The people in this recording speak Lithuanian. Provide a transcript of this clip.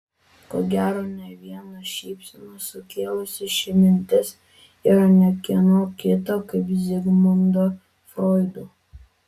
ko gero ne vieną šypseną sukėlusi ši mintis yra ne kieno kito kaip zigmundo froido